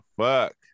Fuck